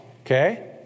okay